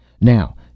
Now